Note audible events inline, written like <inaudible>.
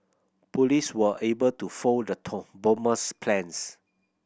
police were able to foil the <unintelligible> bomber's plans